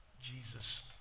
Jesus